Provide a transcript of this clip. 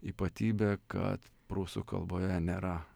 ypatybė kad prūsų kalboje nėra